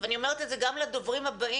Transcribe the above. ואני ואומרת את זה גם לדוברים הבאים,